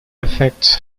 effects